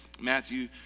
Matthew